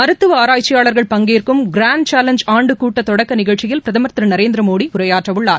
மருத்துவ ஆராய்ச்சியாளர்கள் பங்கேற்கும் கிராண்ட் சேலஞ்ச் ஆண்டு கூட்ட தொடக்க நிகழ்ச்சியில் பிரதமர் திரு நரேந்திர மோடி உரையாற்ற உள்ளார்